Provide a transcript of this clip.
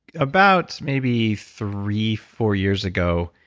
about maybe three, four years ago,